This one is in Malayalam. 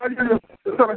അല്ലല്ലോ എന്താണ് സാറെ